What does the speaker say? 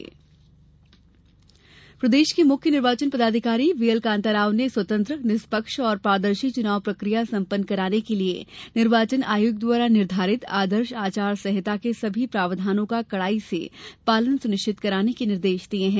चुनाव बैठक प्रदेश के मुख्य निर्वाचन अधिकारी व्ही एल कांताराव ने स्वतंत्र निष्पक्ष और पारदर्शी चुनाव प्रक्रिया संपन्न कराने के लिए निर्वाचन आयोग द्वारा निर्धारित आदर्श आचार संहिता के सभी प्रावधानों का कड़ाई से पालन सुनिश्चित कराने के निर्देश दिए हैं